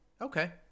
Okay